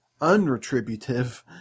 unretributive